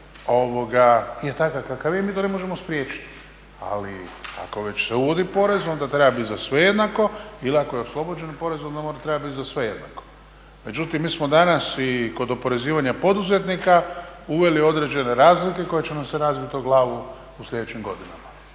je takav kakav je i mi to ne možemo spriječiti. Ali ako već se uvodi porez onda treba biti za sve jednako ili ako je oslobođeno poreza onda treba biti za sve jednako. Međutim, mi smo danas i kod oporezivanja poduzetnika uveli određene razlike koje će nam se razbit o glavu u sljedećim godinama.